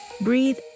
breathe